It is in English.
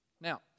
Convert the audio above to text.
Now